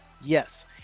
Yes